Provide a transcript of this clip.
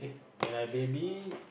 when I baby